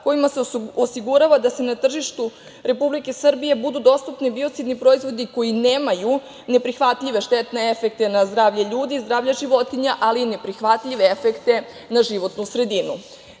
kojima se osigurava da na tržištu Republike Srbije budu dostupni biocidni proizvodi koji nemaju neprihvatljive štetne efekte na zdravlje ljudi, zdravlje životinja, ali i neprihvatljive efekte na životnu sredinu. Ključna